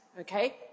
okay